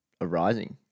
arising